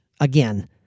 again